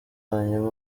hanyuma